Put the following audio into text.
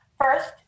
First